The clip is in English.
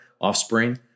offspring